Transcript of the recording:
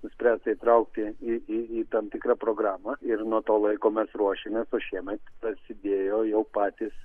nuspręsta įtraukti į į į tam tikrą programą ir nuo to laiko mes ruošiamės o šiemet prasidėjo jau patys